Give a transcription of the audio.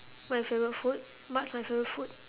my favourite food what's my favourite food